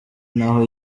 naho